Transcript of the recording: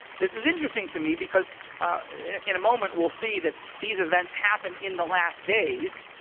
this is interesting to me because in a moment, we'll see that these events happen in the last days.